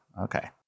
Okay